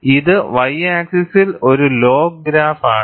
ഇത് y ആക്സിസ്സിൽ ഒരു ലോഗ് ഗ്രാഫ് ആണ്